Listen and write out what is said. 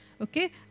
okay